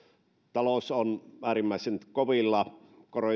talous on äärimmäisen kovilla